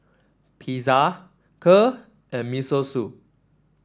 Pizza Kheer and Miso Soup